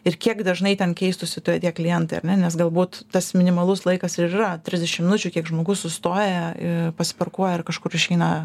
ir kiek dažnai ten keistųsi toj tie klientai ar ne nes galbūt tas minimalus laikas ir yra trisdešim minučių kiek žmogus sustoja i pasiparkuoja ir kažkur išeina